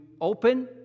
open